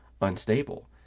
Unstable